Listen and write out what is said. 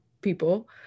people